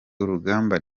urugamba